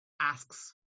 asks